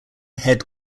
head